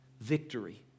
victory